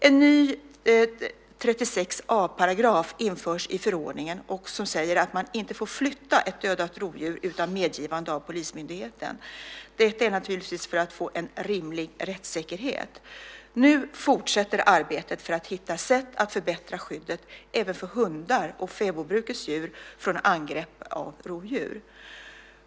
En ny 36 a § införs i förordningen som säger att man inte får flytta på ett dödat rovdjur utan medgivande av polismyndigheten, detta naturligtvis för att få en rimlig rättssäkerhet. Nu fortsätter arbetet för att hitta sätt att förbättra skyddet även för hundar och fäbodbrukets djur från angrepp av rovdjur.